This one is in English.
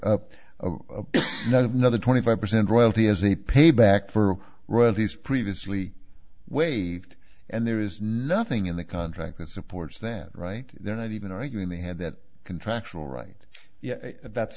another twenty five percent royalty as a payback for royalties previously waived and there is nothing in the contract that supports them right they're not even arguing they had that contractual right yeah that's